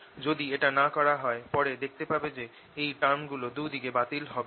যদি এটা না করা হয় পরে দেখতে পাবে যে এই টার্মগুলো দু দিকে বাতিল হবে না